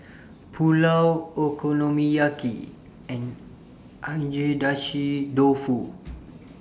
Pulao Okonomiyaki and Agedashi Dofu